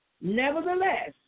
nevertheless